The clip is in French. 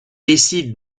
décide